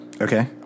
Okay